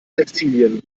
textilien